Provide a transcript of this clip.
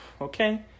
Okay